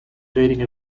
dating